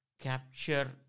capture